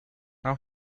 now